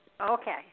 Okay